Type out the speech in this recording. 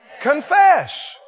Confess